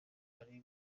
ari